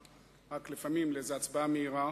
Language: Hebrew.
רק לפעמים לאיזו הצבעה מהירה,